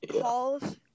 calls